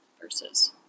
versus